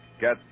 get